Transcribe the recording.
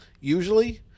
usually